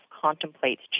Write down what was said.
contemplates